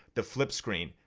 the flip screen,